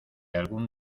algún